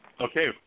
Okay